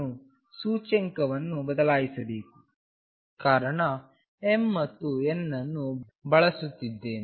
ನಾನು ಸೂಚ್ಯಂಕವನ್ನು ಬದಲಾಯಿಸಬೇಕು ಕಾರಣ m ಮತ್ತು n ಅನ್ನು ಬಳಸುತ್ತಿದ್ದೇನೆ